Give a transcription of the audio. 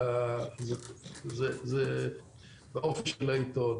זה באופי של העיתון.